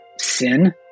Sin